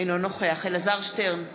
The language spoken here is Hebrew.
אינו נוכח אלעזר שטרן,